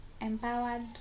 empowered